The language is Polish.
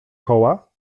koła